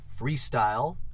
Freestyle